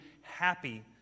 happy